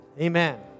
Amen